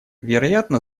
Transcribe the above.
вероятно